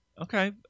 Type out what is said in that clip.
Okay